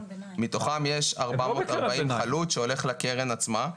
מתוכם יש ארבע מאות ארבעים חלוט שהולך לקרן עצמה,